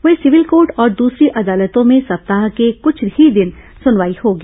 वहीं civil court और दूसरी अदालतों में सप्ताह के कुछ ही दिन सुनवाई होगी